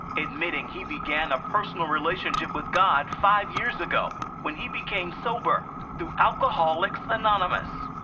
admitting he began a personal relationship with god five years ago, when he became sober through alcoholics anonymous.